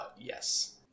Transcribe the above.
yes